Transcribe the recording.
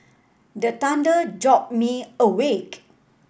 the thunder jolt me awake